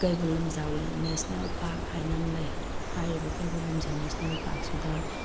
ꯀꯩꯕꯨꯜ Lamjao national park ꯍꯥꯏꯅ ꯑꯃ ꯂꯩ ꯍꯥꯏꯔꯤꯕ ꯀꯩꯕꯨꯜ ꯂꯝꯖꯥꯎ ꯅꯦꯁꯅꯦꯜ ꯄꯥꯔꯛꯁꯤꯗ